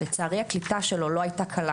לצערי הקליטה שלו לא הייתה קלה,